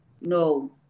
No